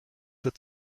wird